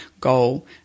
goal